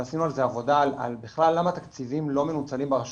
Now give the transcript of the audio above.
ועשינו עבודה על בכלל למה תקציבים לא מנוצלים ברשויות,